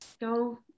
go